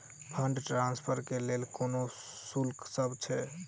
Fund transfer केँ लेल कोनो शुल्कसभ छै?